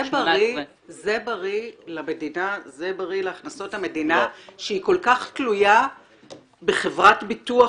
זה בריא להכנסות המדינה שהיא כל כך תלויה בחברת ביטוח